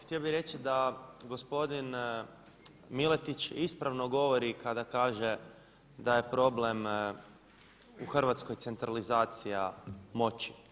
Htio bih reći da gospodin Miletić ispravno govori kada kaže da je problem u Hrvatskoj centralizacija moći.